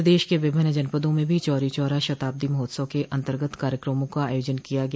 प्रदेश के विभिन्न जनपदों में भी चौरी चौरी शताब्दी महोत्सव के अन्तर्गत कार्यक्रमों का आयोजन किया गया